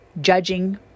judging